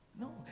No